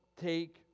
take